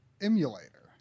emulator